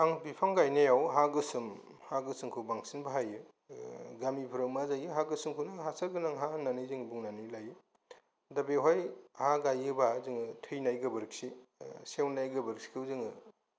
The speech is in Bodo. आं बिफां गायनायाव हा गोसोम हा गोसोमखौ बांसिन बाहायो माने गामिफोराव मा जायो हा गोसोमखौ हासार गोनां हा होननानै जों बुंनानै लायो दा बेवहाय बिफां गायोबा जोङो थैनाय गोबोरखि सेवनाय गोबोरखिखौ जोङो